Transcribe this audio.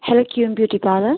hello queen beauty parlour